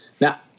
Now